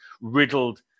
riddled